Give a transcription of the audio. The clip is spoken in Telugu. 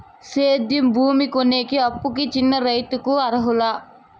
సేద్యం భూమి కొనేకి, అప్పుకి చిన్న రైతులు అర్హులా?